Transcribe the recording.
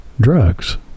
drugs